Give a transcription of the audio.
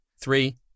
three